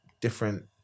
different